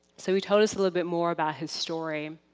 so he told us a little bit more about his story,